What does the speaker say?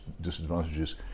disadvantages